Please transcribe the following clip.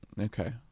okay